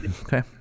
Okay